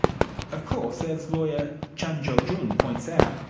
of course, as lawyer chan jo jun points out,